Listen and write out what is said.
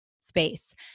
space